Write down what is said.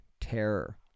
terror